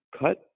cut –